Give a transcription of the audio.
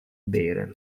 bere